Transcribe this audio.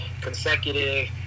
consecutive